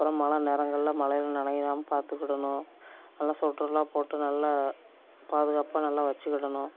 அப்புறம் மழை நேரங்களில் மலையில் நனையிலாம பார்த்துக்கிடணும் நல்லா ஸொட்டர்லாம் போட்டு நல்லா பாதுகாப்பாக நல்லா வச்சிக்கிடணும்